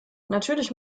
natürlich